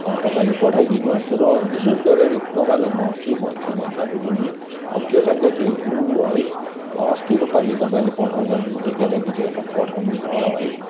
तपाईँले पठाइदिनुहोस् र विशेष गरेर तपाईँलाई म के भन्छु भन्दा फेरि नि केटाकेटीहरू है अस्तिको पालि तपाईँले पठाउँदा जुन चाहिँ केटाकेटीहरूलाई पठाउनु भयो है